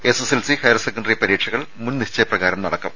SSLC higher secondary പരീക്ഷകൾ മുൻ നിശ്ചയപ്രകാരം നടക്കും